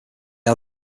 are